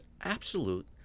absolute